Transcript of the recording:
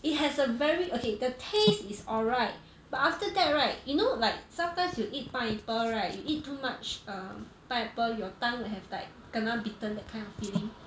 it has a very okay the taste is alright but after that right you know like sometimes you eat pineapple right you eat too much err pineapple your tongue will have like kena bitten that kind of feeling